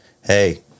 hey